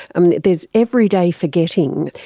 um there is everyday forgetting.